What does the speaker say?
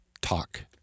talk